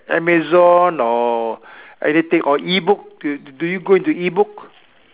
Amazon or anything or E book do do you go into E book